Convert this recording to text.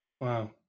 Wow